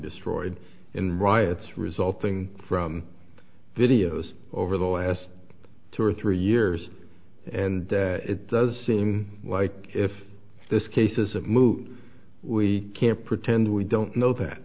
destroyed in riots resulting from videos over the last two or three years and it does seem like if this case is a mood we can't pretend we don't know that